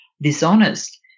dishonest